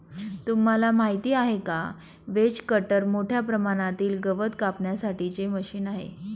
तुम्हाला माहिती आहे का? व्हेज कटर मोठ्या प्रमाणातील गवत कापण्यासाठी चे मशीन आहे